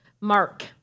Mark